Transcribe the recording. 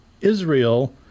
Israel